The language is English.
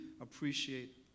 appreciate